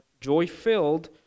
joy-filled